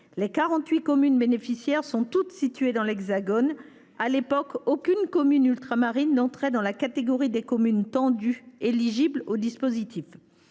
les 48 communes bénéficiaires sont toutes situées dans l’Hexagone. À l’époque, aucune commune ultramarine n’entrait dans la catégorie des communes situées en zone tendue, éligibles au dispositif.